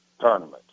tournaments